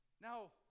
Now